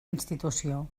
institució